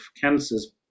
cancers